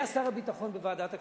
שר הביטחון היה בוועדת הכספים,